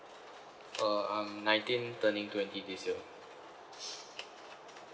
uh I'm nineteen turning twenty this year